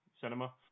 cinema